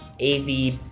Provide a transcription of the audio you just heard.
a. v.